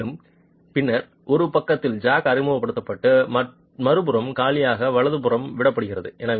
மேலும் பின்னர் ஒரு பக்கத்தில் ஜாக் அறிமுகப்படுத்தப்பட்டு மறுபுறம் காலியாக வலதுபுறம் விடப்படுகிறது